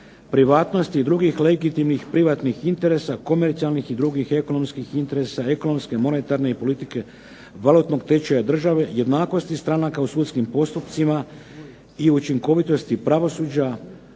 privatnosti i drugih legitimnih privatnih interesa, komercijalnih i drugih ekonomskih interesa ekonomske monetarne i politike valutnog tečaja države, jednakosti stranaka u sudskim postupcima i učinkovitosti pravosuđa,